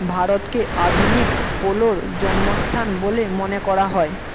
ভারতকে আধুনিক পোলোর জন্মস্থান বলে মনে করা হয়